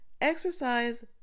Exercise